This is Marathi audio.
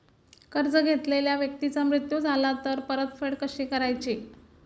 कर्ज घेतलेल्या व्यक्तीचा मृत्यू झाला तर परतफेड कशी करायची?